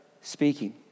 speaking